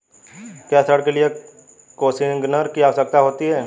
क्या ऋण के लिए कोसिग्नर की आवश्यकता होती है?